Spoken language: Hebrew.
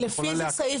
הפוך,